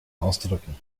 ausdrücken